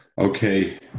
Okay